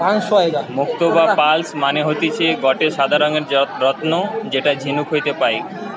মুক্তো বা পার্লস মানে হতিছে গটে সাদা রঙের রত্ন যেটা ঝিনুক হইতে পায়